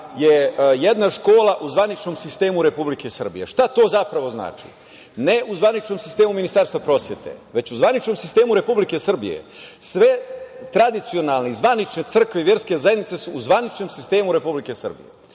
je jedna škola u zvaničnom sistemu Republike Srbije. Šta to zapravo znači? Ne, u zvaničnom sistemu Ministarstva prosvete, već u zvaničnom sistemu Republike Srbije. Sve tradicionalne i zvanične crkve i verske zajednice su u zvaničnom sistemu Republike Srbije